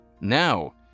Now